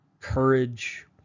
courage